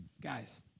guys